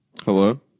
Hello